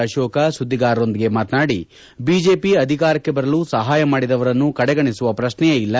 ಅಶೋಕ ಸುದ್ದಿಗಾರರ ಜೊತೆ ಮಾತನಾಡಿ ಬಿಜೆಪಿ ಅಧಿಕಾರಕ್ಷೆ ಬರಲು ಸಹಾಯ ಮಾಡಿದವರನ್ನು ಕಡೆಗಣಿಸುವ ಪ್ರಕ್ಷೆಯೇ ಇಲ್ಲ